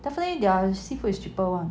definitely their seafood is cheaper [one]